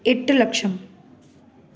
எட்டு லட்சம்